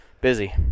Busy